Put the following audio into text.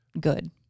good